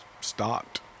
stopped